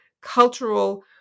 cultural